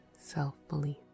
self-belief